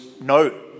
no